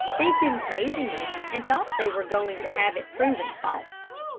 they'd been praising him, and thought they were going to have it proven false.